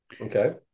okay